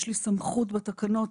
יש לי סמכות בתקנות